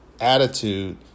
attitude